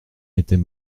était